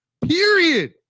Period